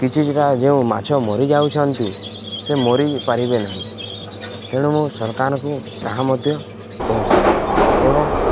କିଛିଟା ଯେଉଁ ମାଛ ମରିଯାଉଛନ୍ତି ସେ ମରିପାରିବେ ନାହିଁ ତେଣୁ ମୁଁ ସରକାରଙ୍କୁ ତାହା ମଧ୍ୟ କହୁଛିି ଏବଂ